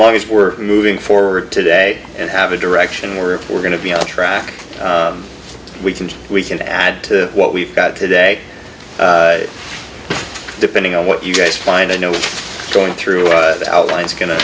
long as we're moving forward today and have a direction where if we're going to be on track we can we can add to what we've got today depending on what you guys find a note going through the outlines go